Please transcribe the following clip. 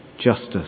Justice